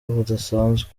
budasanzwe